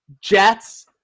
Jets